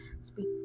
speak